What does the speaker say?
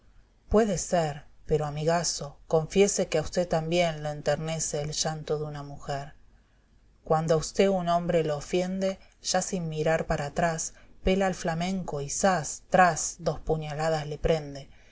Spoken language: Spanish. puede ser pero amigaso confiese que a usté también lo enternece el llanto de una mujer cuando a usté un hombre lo ofiende ya sin mirar para atrás pela el flamenco y sas tras dos puñaladas le priende